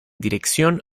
dirección